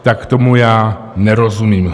Tak tomu já nerozumím.